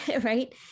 right